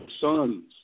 sons